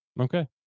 Okay